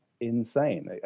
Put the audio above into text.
insane